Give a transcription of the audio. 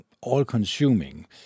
all-consuming